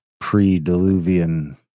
pre-diluvian